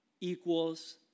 equals